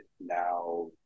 now